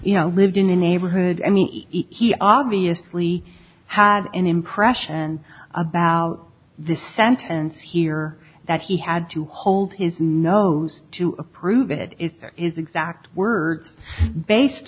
you know lived in a neighborhood i mean he obviously had an impression about the sentence here that he had to hold his nose to approve it is exact words based